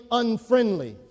unfriendly